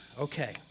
Okay